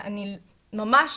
אני ממש